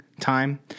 time